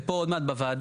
ופה עוד מעט בוועדה,